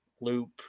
loop